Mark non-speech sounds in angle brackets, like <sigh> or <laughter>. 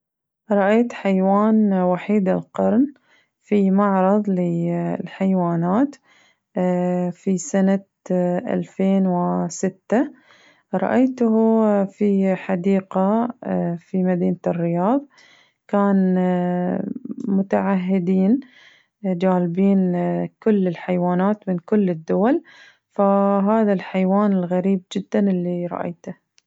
رأيت حيوان وحيد القرن في معرض للحيوانات <hesitation> في سنة <hesitation> ألفين وستة، رأيته في حديقة <hesitation> في مدينة الرياض كان <hesitation> متعهدين جالبين <hesitation> كل الحيوانات من كل الدول فهذا الحيوان الغريب جداً اللي رأيته.